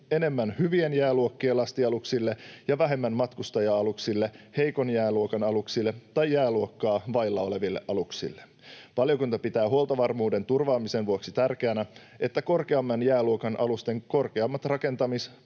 enemmän hyvien jääluokkien lastialuksille ja vähemmän matkustaja-aluksille, heikon jääluokan aluksille tai jääluokkaa vailla oleville aluksille. Valiokunta pitää huoltovarmuuden turvaamisen vuoksi tärkeänä, että korkeamman jääluokan alusten korkeammat rakentamis-,